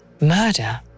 murder